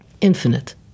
infinite